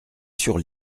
sur